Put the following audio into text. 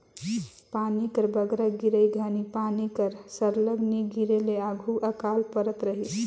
पानी कर बगरा गिरई घनी पानी कर सरलग नी गिरे ले आघु अकाल परत रहिस